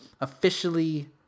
officially